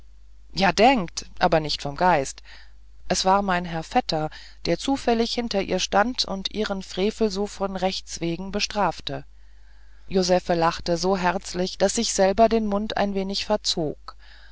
ja denkt aber nicht vom geist es war mein herr vetter der zufällig hinter ihr stand und ihren frevel so von rechts wegen bestrafte josephe lachte so herzlich daß ich selber den mund ein wenig verzog